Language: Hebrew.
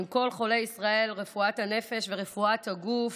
עם כל חולי ישראל, רפואת הנפש ורפואת הגוף,